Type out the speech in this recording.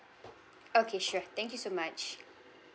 okay sure thank you so much